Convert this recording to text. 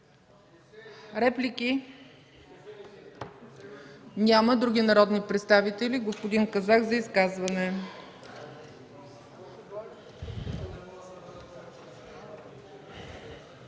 Реплики! Няма. Други народни представители? Господин Казак – за изказване.